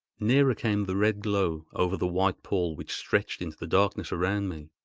nearer came the red glow, over the white pall which stretched into the darkness around me.